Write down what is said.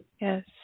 Yes